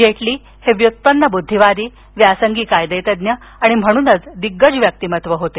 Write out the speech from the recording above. जेटली हे व्युत्पन्न बुद्धिवादी व्यासंगी कायदेतज्ज्ञ आणि म्हणूनच दिग्गज व्यक्तिमत्त्व होते